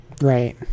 right